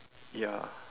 ya